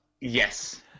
Yes